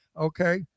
okay